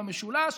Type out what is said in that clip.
במשולש,